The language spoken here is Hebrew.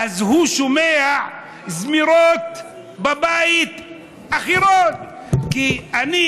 הוא שומע זמירות אחרות בבית.